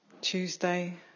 Tuesday